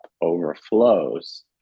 overflows